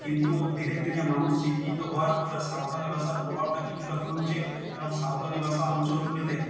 কিন্তু ধীরে ধীরে মানুষ শিক্ষিত হওয়ার পরে সাঁওতালি ভাষার প্রভাবটা কিছুটা কমছে এবং সাঁওতালি ভাষা অঞ্চলগুলিতে